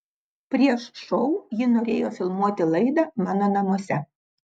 prieš šou jie norėjo filmuoti laidą mano namuose